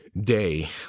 day